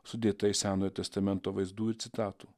sudėta iš senojo testamento vaizdų ir citatų